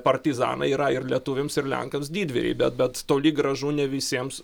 partizanai yra ir lietuviams ir lenkams didvyriai bet bet toli gražu ne visiems